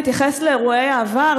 בהתייחס לאירועי העבר,